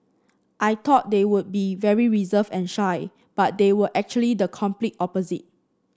I thought they would be very reserved and shy but they were actually the complete opposite